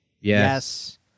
Yes